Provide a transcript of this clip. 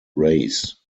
race